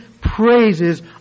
praises